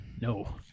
No